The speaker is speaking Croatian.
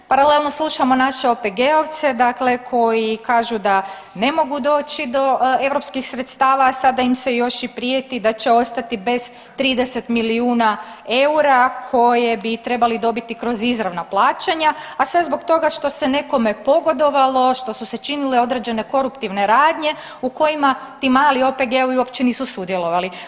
Paralelno slušamo naše OPG-ovce dakle koji kažu da ne mogu doći do europskih sredstava, a sada im se još i prijeti da će ostati bez 30 milijuna eura koje bi trebali dobiti kroz izravna plaćanja, a sve zbog toga što se nekome pogodovalo što su se činile određene koruptivne radnje u kojima ti mali OPG-ovi uopće nisu sudjelovali.